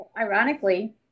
Ironically